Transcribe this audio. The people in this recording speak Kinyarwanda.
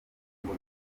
ngo